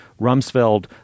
Rumsfeld